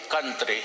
country